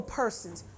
persons